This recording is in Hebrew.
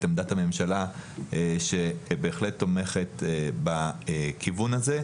עמדת הממשלה שבהחלט תומכת בכיוון הזה.